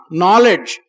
knowledge